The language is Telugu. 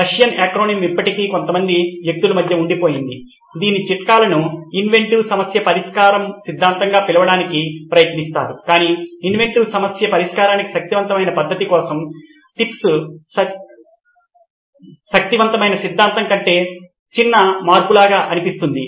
రష్యన్ ఎక్రోనిం ఇప్పటికీ కొంతమంది వ్యక్తుల మధ్య ఉండిపోయింది దీని చిట్కాలను ఇన్వెంటివ్ సమస్య పరిష్కార సిద్ధాంతంగా పిలవడానికి ప్రయత్నించారు కానీ ఇన్వెంటివ్ సమస్య పరిష్కారానికి శక్తివంతమైన పద్ధతి కోసం టిప్స్ శక్తివంతమైన సిద్ధాంతం కంటే చిన్న మార్పులాగా అనిపిస్తుంది